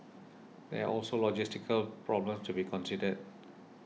there are also logistical problems to be considered